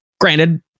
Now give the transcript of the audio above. Granted